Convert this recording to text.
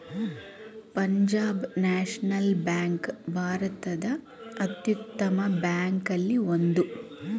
Punjab national bank ಭಾರತದ ಅತ್ಯುತ್ತಮ ಬ್ಯಾಂಕಲ್ಲಿ ಒಂದು